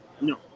No